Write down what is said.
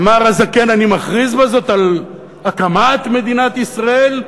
אמר הזקן, אני מכריז בזאת על הקמת מדינת ישראל?